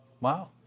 wow